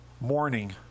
morning